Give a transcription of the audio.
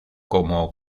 como